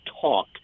talk